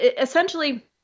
essentially